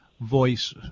voice